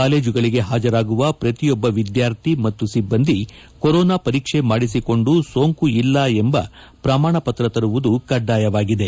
ಕಾಲೇಜುಗಳಿಗೆ ಹಾಜರಾಗುವ ಪ್ರತಿಯೊಬ್ಬ ವಿದ್ಯಾರ್ಥಿ ಮತ್ತು ಸಿಬ್ಬಂದಿ ಕೊರೋನಾ ಪರೀಕ್ಷೆ ಮಾಡಿಸಿಕೊಂಡು ಸೋಂಕು ಇಲ್ಲ ಎಂಬ ಪ್ರಮಾಣ ಪತ್ರ ತರುವುದು ಕಡ್ಡಾಯವಾಗಿದೆ